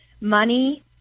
money